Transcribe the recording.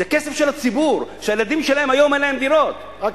זה כסף של הציבור שלילדים שלו אין דירות היום.